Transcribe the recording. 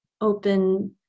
open